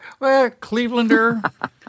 Clevelander